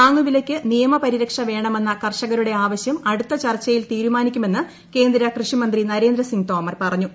താങ്ങുവിലയ്ക്ക് നിയമ പരിരക്ഷ വേണമെന്ന കർഷകരുടെ ആവശ്യം അടുത്ത ചർച്ചയിൽ തീരുമാനിക്കുമെന്ന് കേന്ദ്ര കൃഷിമന്ത്രി നരേന്ദ്രസിംഗ് തോമർ പറഞ്ഞു